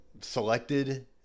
selected